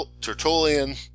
Tertullian